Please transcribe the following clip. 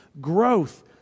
growth